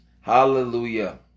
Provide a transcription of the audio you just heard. Hallelujah